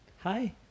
Hi